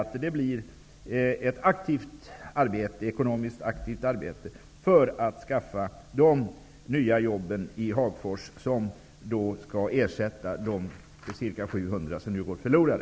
För det tredje krävs ett ekonomiskt aktivt arbete för att skaffa de nya jobb i Hagfors som skall ersätta de ca 700 som nu gått förlorade.